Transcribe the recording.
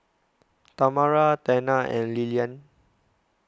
Tamara Tana and Lilyan